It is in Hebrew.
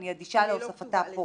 אני אדישה להוספתה פה.